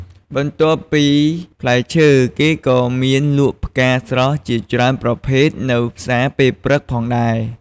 បន្ទាប់ពីផ្លែឈើ ក៏គេមានលក់ផ្កាស្រស់ជាច្រើនប្រភេទនៅផ្សារពេលព្រឹកផងដែរ។